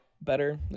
better